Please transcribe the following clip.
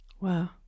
Wow